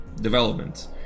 development